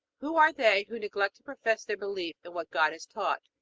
who are they who neglect to profess their belief in what god has taught?